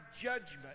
judgment